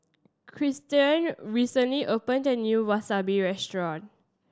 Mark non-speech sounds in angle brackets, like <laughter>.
Kristen <unintelligible> recently opened a new Wasabi Restaurant